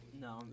No